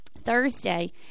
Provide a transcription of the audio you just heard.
Thursday